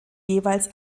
jeweils